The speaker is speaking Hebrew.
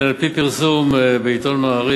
על-פי פרסום בעיתון "מעריב",